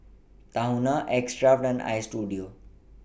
Tahuna X Craft and Istudio